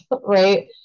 right